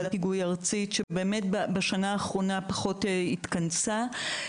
שבאמת בשנה האחרונה פחות התכנסה,